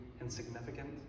insignificant